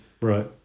Right